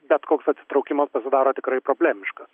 bet koks atsitraukimas pasidaro tikrai problemiškas